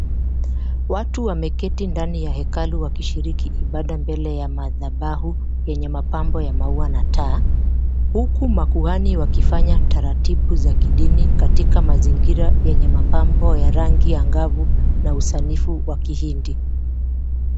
Watu wameketi ndani ya hekalu wakishiriki ibada mbele ya madhabahu yenye mapambo ya maua na taa, huku makuhani wakifanya taratibu za kidini katika mazingira yenye mapambo ya rangi angavu na usanifu wa Kihindi.